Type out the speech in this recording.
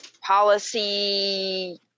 policy